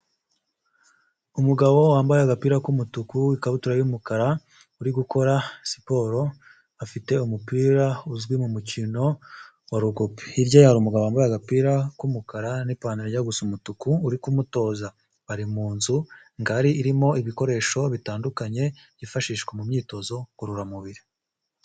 Umugabo wambaye agapira k'umutuku ikabutura y'umukara, uri gukora siporo afite umupira uzwi mu mukino wa rugubi, hirya yaho hari umugabo wambaye agapira k'umukara n'ipantaro ijya gusa umutuku uri kumutoza, bari mu nzu ngari irimo ibikoresho bitandukanye byifashishwa mu myitozo ngororamubiri.